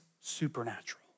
supernatural